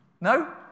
No